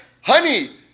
Honey